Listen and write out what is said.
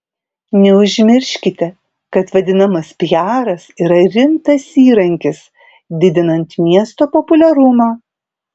neužmirškite kad vadinamas piaras yra rimtas įrankis didinant miesto populiarumą